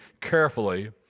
carefully